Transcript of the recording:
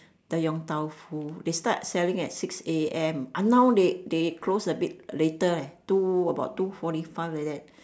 the yong-tau-foo they start selling at six A M ah now they they close a bit later leh two about two forty five like that